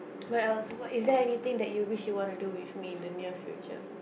what else what is there anything that you wish you want to do with me in the near future